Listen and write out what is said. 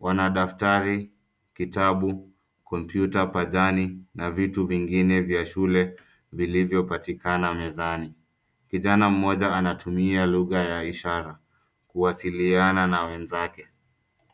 Wana daftari, kitabu, kompyuta pajani, na vitu vingine vya shule, vilivyopatikana mezani. Kijana mmoja anatumia lugha ya ishara, kuwasiliana na wenzake.